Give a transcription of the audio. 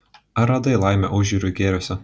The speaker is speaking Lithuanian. ar radai laimę užjūrių gėriuose